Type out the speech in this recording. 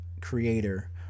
creator